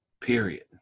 period